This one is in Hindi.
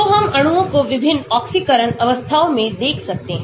तो हम अणुओं को विभिन्न ऑक्सीकरण अवस्थाओं में देख सकते हैं